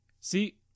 See